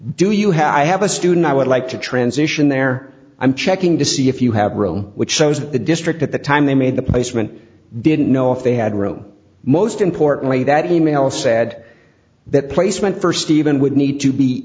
do you have i have a student i would like to transition there i'm checking to see if you have room which shows the district at the time they made the placement didn't know if they had room most importantly that email said that placement for steven would need to be